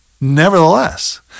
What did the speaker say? nevertheless